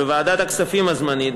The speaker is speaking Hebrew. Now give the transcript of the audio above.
בוועדת הכספים הזמנית,